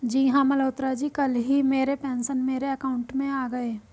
जी हां मल्होत्रा जी कल ही मेरे पेंशन मेरे अकाउंट में आ गए